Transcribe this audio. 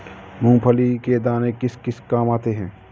मूंगफली के दाने किस किस काम आते हैं?